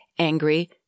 angry